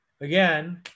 again